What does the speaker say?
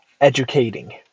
educating